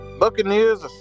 Buccaneers